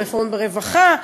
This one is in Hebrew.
הרפורמות ברווחה,